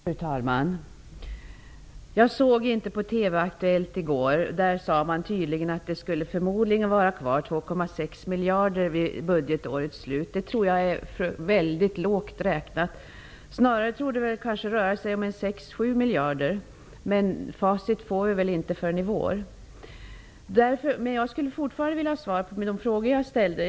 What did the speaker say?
Fru talman! Jag såg inte på Aktuellt i TV i går. Där sade man tydligen att det förmodligen skulle vara 2,6 miljarder kvar vid budgetårets slut. Det tror jag är mycket lågt räknat. Snarare torde det röra sig om 6--7 miljarder. Facit får vi väl inte förrän i vår. Men jag skulle fortfarande vilja ha svar på de frågor jag ställde.